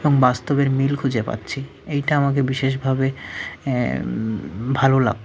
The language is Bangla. এবং বাস্তবের মিল খুঁজে পাচ্ছি এইটা আমাকে বিশেষভাবে ভালো লাগতো